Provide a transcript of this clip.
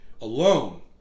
Alone